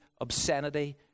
obscenity